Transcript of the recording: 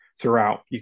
throughout